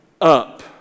up